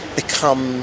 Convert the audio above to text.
become